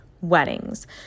weddings